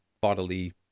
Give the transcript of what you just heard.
bodily